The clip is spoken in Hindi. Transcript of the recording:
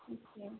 अच्छा